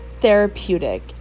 therapeutic